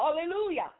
hallelujah